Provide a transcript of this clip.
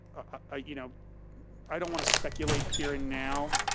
ah you know i don't want to speculate here and now.